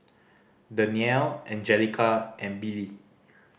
Dannielle Anjelica and Billie